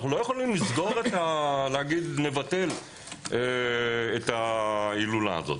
אנחנו לא יכולים להגיד שנבטל את ההילולה הזאת.